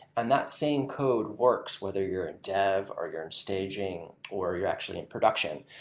and that same code works whether you're at dev, or you're in staging, or you're actually in production.